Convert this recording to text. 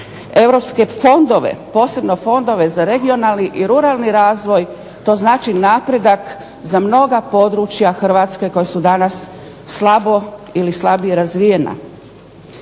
europske fondove, posebno fondove za regionalni i ruralni razvoj, to znači napredak za mnoga područja Hrvatske koja su danas slabo ili slabije razvijena.